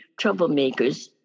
troublemakers